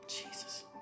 Jesus